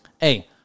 Hey